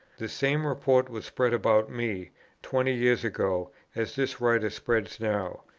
the same report was spread about me twenty years ago as this writer spreads now,